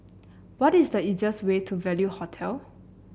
what is the easiest way to Value Hotel